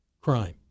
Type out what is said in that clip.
crime